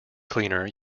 cleaner